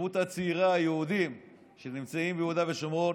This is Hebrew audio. ההתיישבות היהודית הצעירה שנמצאת ביהודה ושומרון,